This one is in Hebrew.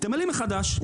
תמלאי מחדש,